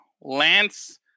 Lance